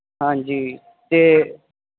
ਹਾਂਜੀ ਤੇ